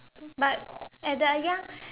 but at that young